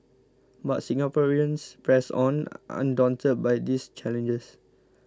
but Singaporeans pressed on undaunted by these challenges